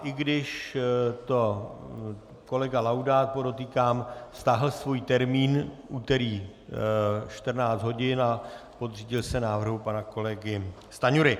I když kolega Laudát, podotýkám, stáhl svůj termín úterý 14 hodin a podřídil se návrhu pana kolegy Stanjury.